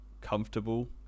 comfortable